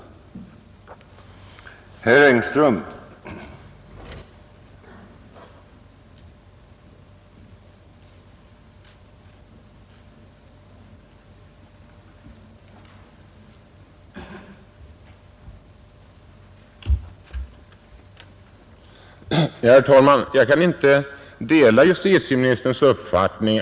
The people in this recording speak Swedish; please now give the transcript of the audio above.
Om återinförande av